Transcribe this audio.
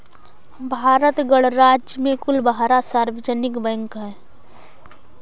भारत गणराज्य में कुल बारह सार्वजनिक बैंक हैं